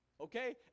Okay